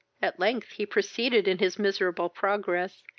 at length he proceeded in his miserable progress,